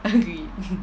agreed